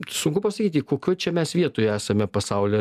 sunku pasakyti kokioj čia mes vietoje esame pasauly